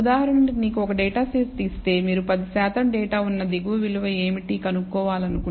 ఉదాహరణకునీకు ఒక data set ఇస్తే మీరు 10 శాతం డేటా ఉన్న దిగువ విలువ ఏమిటి కనుగొనాలనుకుంటే 1